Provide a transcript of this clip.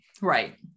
right